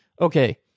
okay